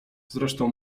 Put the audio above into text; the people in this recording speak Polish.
zresztą